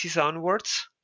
onwards